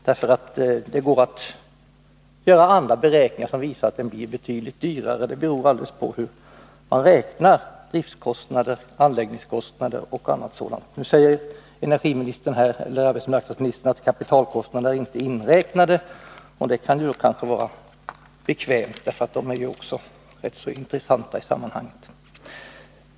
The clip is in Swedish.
Det går ju att göra andra beräkningar som visar att kärnkrafts-elen blir betydligt dyrare. Resultatet beror helt på hur man beräknar driftskostnader, anläggningskostnader etc. Nu säger arbetsmarknadsministern att kapitalkostnaderna inte är inräknade. Det kan kanske vara bekvämt, eftersom de är ganska intressanta i sammanhanget.